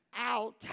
out